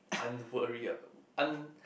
un~ worry un~